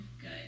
good